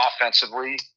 Offensively